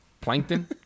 Plankton